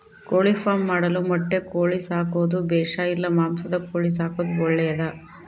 ಕೋಳಿಫಾರ್ಮ್ ಮಾಡಲು ಮೊಟ್ಟೆ ಕೋಳಿ ಸಾಕೋದು ಬೇಷಾ ಇಲ್ಲ ಮಾಂಸದ ಕೋಳಿ ಸಾಕೋದು ಒಳ್ಳೆಯದೇ?